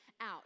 out